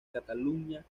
catalunya